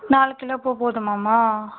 நாலு கிலோ பூ போதுமாம்மா